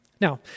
Now